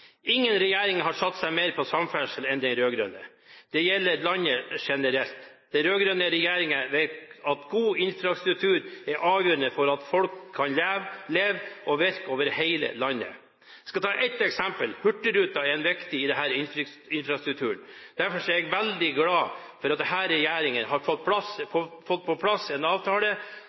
Ingen regjering har satset mer på samferdsel enn den rød-grønne. Dette gjelder i landet generelt. Den rød-grønne regjeringen vet at god infrastruktur er avgjørende for at folk kan leve og virke over hele landet. Jeg skal ta et eksempel. Hurtigruta er viktig i denne infrastrukturen. Derfor er jeg veldig glad for at denne regjeringen har fått på plass en avtale